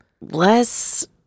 less